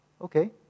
Okay